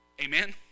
Amen